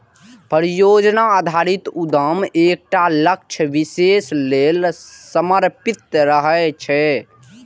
परियोजना आधारित उद्यम एकटा लक्ष्य विशेष लेल समर्पित रहै छै